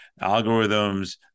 algorithms